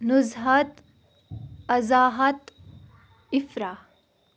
نُظہَت اَزاحَت اِفرا